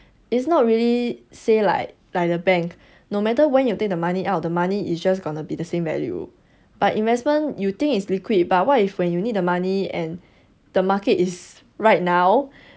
it's not really say like like the bank no matter when you take the money out the money is just gonna be the same value but investment you think is liquid but what if when you need the money and the market is right now